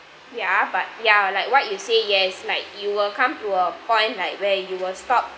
ya but ya like what you say yes like you will come to a point like where you will stop